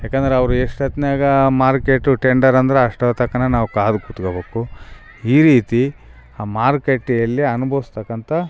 ಯಾಕಂದ್ರೆ ಅವ್ರು ಎಷ್ಟೊತ್ತಿನಾಗ ಮಾರ್ಕೆಟು ಟೆಂಡರ್ ಅಂದರೆ ಅಷ್ಟೋತನಕ ನಾವು ಕಾದು ಕೂತ್ಕೋಬೇಕು ಈ ರೀತಿ ಆ ಮಾರುಕಟ್ಟೆಯಲ್ಲಿ ಅನ್ಬೊಸ್ತಕ್ಕಂಥ